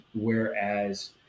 whereas